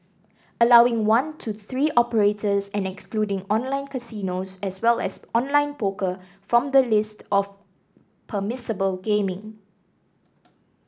allowing one to three operators and excluding online casinos as well as online poker from the list of permissible gaming